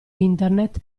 internet